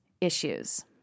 issues